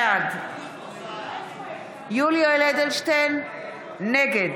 בעד יולי יואל אדלשטיין, נגד